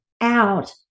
out